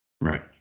Right